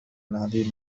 العديد